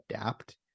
adapt